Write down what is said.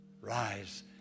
rise